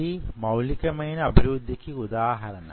ఇది మౌలికమైన అభివృద్ధికి ఉదాహరణ